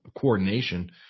coordination